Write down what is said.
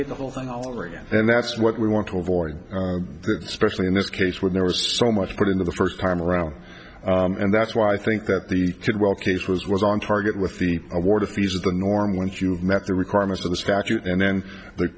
get the whole thing all over again and that's what we want to avoid especially in this case where there was so much put in the first time around and that's why i think that the could well case was was on target with the award of fees is the norm once you have met the requirements of the statute and then the